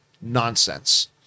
Nonsense